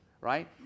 right